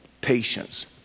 patience